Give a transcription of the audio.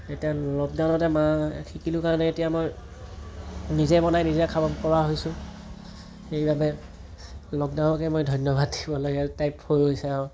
এতিয়া লকডাউনতে মা শিকিলো কাৰণে এতিয়া মই নিজে বনাই নিজে খাব পৰা হৈছোঁ সেইবাবে লকডাউনকে মই ধন্যবাদ দিব লাগে টাইপ হৈ গৈছে আৰু